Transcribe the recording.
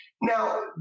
Now